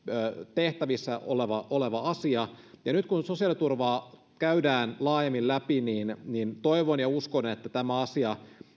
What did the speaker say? tehtävissä oleva oleva asia nyt kun sosiaaliturvaa käydään laajemmin läpi niin niin toivon ja uskon että tämä asia